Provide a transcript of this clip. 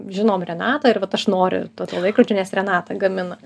žinom renatą ir vat aš noriu to to laikrodžio nes renata gamina